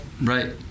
right